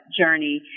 journey